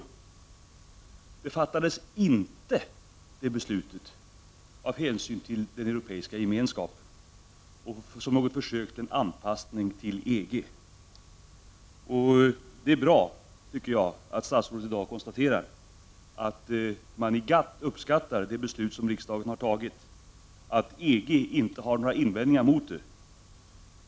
Beslutet fattades däremot inte av hänsyn till Europeiska gemenskapen eller som något försök till anpassning till EG. Det är dock bra att statsrådet i dag konstaterar att man i GATT uppskattar det beslut som riksdagen har fattat och att EG inte har några invändningar mot det.